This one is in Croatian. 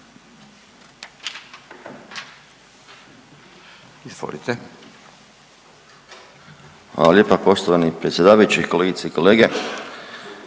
Hvala lijepa poštovani predsjedavajući, kolegice i kolege.